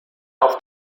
auf